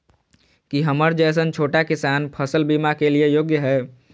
की हमर जैसन छोटा किसान फसल बीमा के लिये योग्य हय?